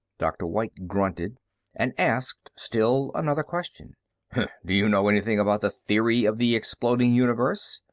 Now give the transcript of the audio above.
dr. white grunted and asked still another question do you know anything about the theory of the exploding universe?